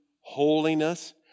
holiness